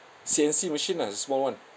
C_N_C machine lah the small one